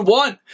one